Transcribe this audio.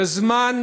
בזמן